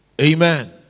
Amen